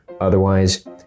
otherwise